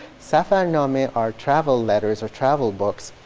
safarnameh are travel letters or travel books.